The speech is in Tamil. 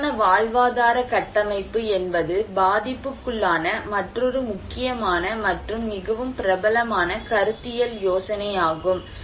நிலையான வாழ்வாதார கட்டமைப்பு என்பது பாதிப்புக்குள்ளான மற்றொரு முக்கியமான மற்றும் மிகவும் பிரபலமான கருத்தியல் யோசனை ஆகும்